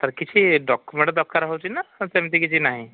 sir କିଛି document ଦରକାର ହେଉଛି ନା ସେମିତି କିଛି ନାହିଁ